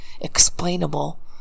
explainable